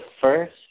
first